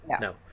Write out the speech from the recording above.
No